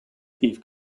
thief